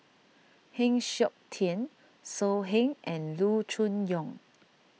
Heng Siok Tian So Heng and Loo Choon Yong